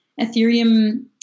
Ethereum